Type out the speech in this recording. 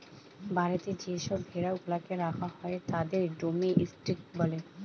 বাড়িতে যে সব ভেড়া গুলাকে রাখা হয় তাদের ডোমেস্টিক বলে